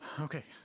Okay